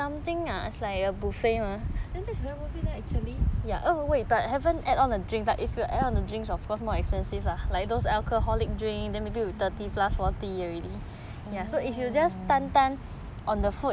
then that's very worth it actually orh